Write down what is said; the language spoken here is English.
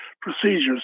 procedures